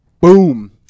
Boom